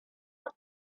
hot